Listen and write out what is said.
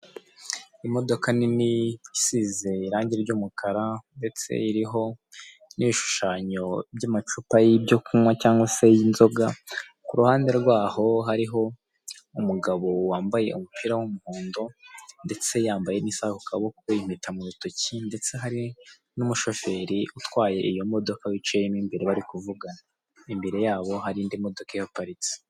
Imodoka nini isize irange ry'umukara ndetse iriho n'ibishushanyo by'amacupa y'ibyo kunywa cyangwa se y'inzoga, ku ruhande rwaho hariho umugabo wambaye umupira w'umuhondo ndetse yambaye n'isaha ku kaboko, impeta mu rutoki ndetse hari n'umushoferi utwaye iyo modoka wicayemo imbere bari kuvugana, imbere yabo hari indi modoka ihaparitse.